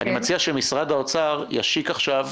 אני מציע שמשרד האוצר ישיק עכשיו